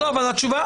תודה רבה,